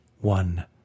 one